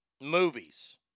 Movies